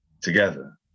together